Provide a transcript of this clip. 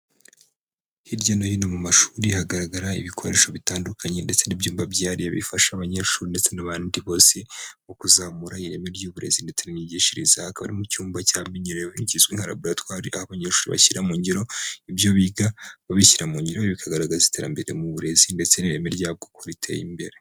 Hirya no hino mu mashuri hagaragara ibikoresho bitandukanye ndetse n'ibyumba byihariye bifasha abanyeshuri ndetse n'abandi bose mu kuzamura ireme ry'uburezi ndetse n'imyigishirize, aha akaba mu cyumba cyamenyerewe kizwi nka laburatwari, aho abanyeshuri bashyira mu ngiro ibyo biga babishyira mu ngiro, ibi bikagaragaza iterambere mu burezi ndetse n'ireme ryabwo kuko riteye imbere.